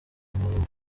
y’amavuko